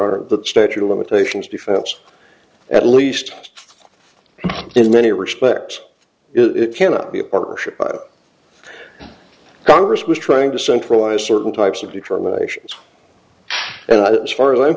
are the statute of limitations defense at least in many respects it cannot be a partnership congress was trying to centralize certain types of determinations and as far as i'm